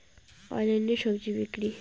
অনলাইনে স্বজি বিক্রি?